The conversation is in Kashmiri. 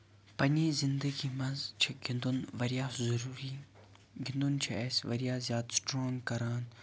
پَنٕنہِ زِنٛدگی منٛز چھُ گِنٛدُن واریاہ ضروٗری گِنٛدُن چھُ اَسہِ واریاہ زیادٕ سِٹرٛانٛگ کران